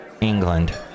England